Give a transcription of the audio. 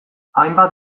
hainbat